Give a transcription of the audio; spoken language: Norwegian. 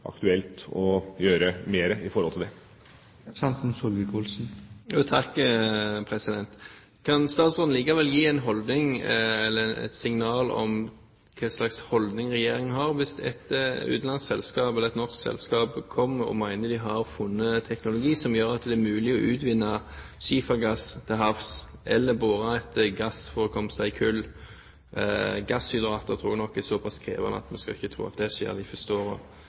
aktuelt å gjøre mer med det. Kan statsråden likevel gi et signal om hva slags holdning regjeringen har hvis et utenlandsk selskap, eller et norsk selskap, kommer og mener at de har funnet teknologi som gjør at det er mulig å utvinne skifergass til havs, eller bore etter gassforekomster i kull? Gasshydrater tror jeg nok er såpass krevende at vi ikke skal tro at det skjer noe der de første årene. Vil statsråden være positiv til at noen for egen regning og